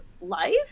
life